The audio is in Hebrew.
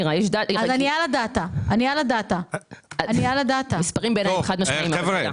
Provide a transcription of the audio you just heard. בעיניי המספרים הם חד-משמעיים.